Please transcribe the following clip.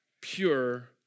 pure